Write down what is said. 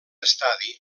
estadi